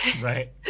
Right